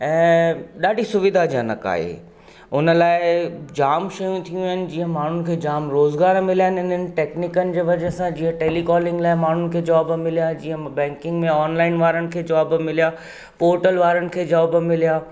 ऐं ॾाढी सुविधाजनक आहे हुन लाइ जाम शयूं थियूं आहिनि जीअं माण्हुनि खे जाम रोज़गार मिलंदा आहिनि टेकनीकनि जे वज़ह सां जीअं टेलीकॉलिंग लाइ माण्हुनि खे जॉब मिलिया जीअं बैंकिंग में ऑनलाइन वारनि खे जॉब मिलिया पोर्टल वारनि खे जॉब मिलिया